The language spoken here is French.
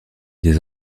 des